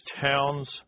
towns